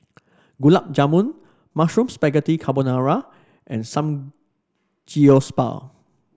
Gulab Jamun Mushroom Spaghetti Carbonara and Samgeyopsal